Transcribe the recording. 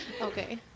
Okay